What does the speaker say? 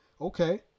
Okay